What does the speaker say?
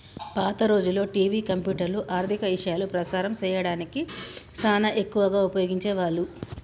పాత రోజుల్లో టివి, కంప్యూటర్లు, ఆర్ధిక ఇశయాలు ప్రసారం సేయడానికి సానా ఎక్కువగా ఉపయోగించే వాళ్ళు